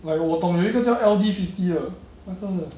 like 我懂有一个叫 L_D fifty 的那个